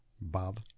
Bob